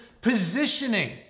positioning